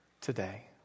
today